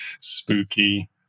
spooky